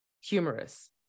humorous